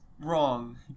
wrong